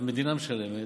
המדינה משלמת,